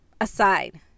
aside